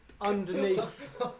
underneath